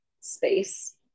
space